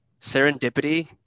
serendipity